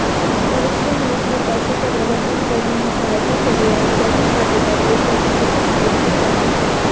भविष्य में अपने पैसे का प्रबंधन करने में सहायता के लिए आप चेकिंग खाते का उपयोग करने के कुछ तरीके क्या हैं?